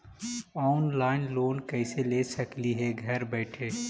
Online loan कैसे ले सकली हे घर बैठे?